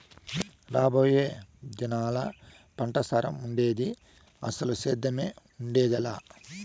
రాబోయే దినాల్లా పంటసారం ఉండేది, అసలు సేద్దెమే ఉండేదెలా